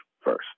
first